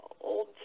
old